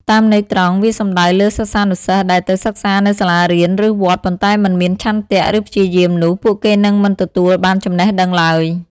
តាមន័យត្រង់ វាសំដៅលើសិស្សានុសិស្សដែលទៅសិក្សានៅសាលារៀន ឬវត្ត ប៉ុន្តែមិនមានឆន្ទៈ ឬព្យាយាមនោះ ពួកគេនឹងមិនទទួលបានចំណេះដឹងឡើយ។